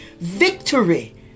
victory